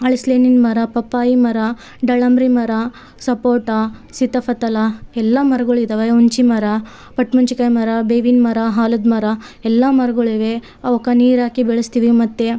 ಹಲಸ್ಲೆಹಣ್ಣಿನ್ ಮರ ಪಪ್ಪಾಯಿ ಮರ ದಾಳಿಂಬೆ ಮರ ಸಪೋಟ ಸೀತಫಲ ಎಲ್ಲ ಮರಗಳು ಇದಾವೆ ಒಂಚಿ ಮರ ಪಟ್ಮುಂಚಿಕಾಯಿ ಮರ ಬೇವಿನ ಮರ ಆಲದ ಮರ ಎಲ್ಲ ಮರಗಳಿವೆ ಅವಕ್ಕೆ ನೀರು ಹಾಕಿ ಬೆಳೆಸ್ತಿವಿ ಮತ್ತು